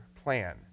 plan